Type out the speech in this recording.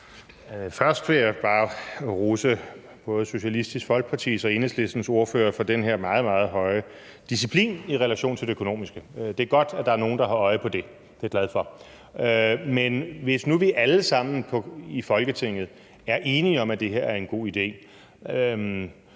Først vil jeg bare rose både Socialistisk Folkepartis og Enhedslistens ordførere for den her meget, meget høje disciplin i relation til det økonomiske. Det er godt, at der er nogle, der har øje på det. Det er jeg glad for. Men hvis nu vi alle sammen i Folketinget er enige om, at det her er en god idé,